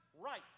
right